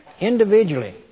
individually